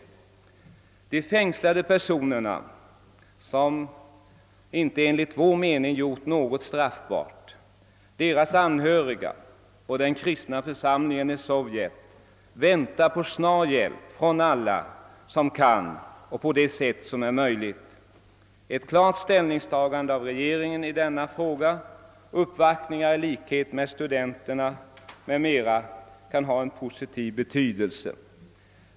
De fängslade personerna som enligt vår mening inte gjort något straffbart, deras anhöriga och den kristna församlingen i Sovjet väntar på snar hjälp från alla som kan hjälpa på det sätt som är möjligt. Ett klart ställningstagande av regeringen i denna fråga, uppvaktningar i likhet med studenternas m.m. kan ha en positiv betydelse.